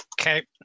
okay